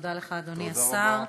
תודה לך, אדוני השר.